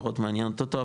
פחות מעניינת אותו,